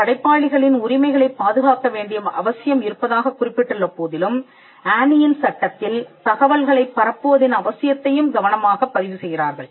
படைப்பாளிகளின் உரிமைகளைப் பாதுகாக்க வேண்டிய அவசியம் இருப்பதாகக் குறிப்பிட்டுள்ள போதிலும் அனியின் சட்டத்தில் தகவல்களைப் பரப்புவதன் அவசியத்தையும் கவனமாகப் பதிவு செய்கிறார்கள்